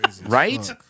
right